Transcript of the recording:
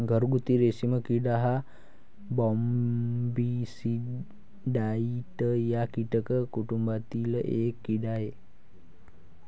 घरगुती रेशीम किडा हा बॉम्बीसिडाई या कीटक कुटुंबातील एक कीड़ा आहे